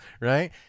right